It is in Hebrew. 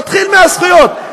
מתחיל מהזכויות.